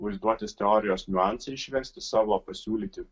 vaizduotės teorijos niuansą išversti savo pasiūlyti